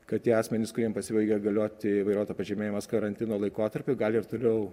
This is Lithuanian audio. kad tie asmenys kuriem pasibaigė galioti vairuotojo pažymėjimas karantino laikotarpiu gali ir toliau